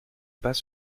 pas